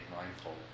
mindful